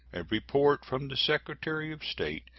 a report from the secretary of state,